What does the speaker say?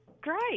Great